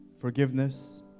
forgiveness